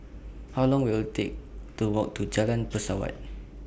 How Long Will IT Take to Walk to Jalan Pesawat